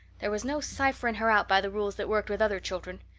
there was no ciphering her out by the rules that worked with other children.